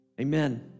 Amen